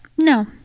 no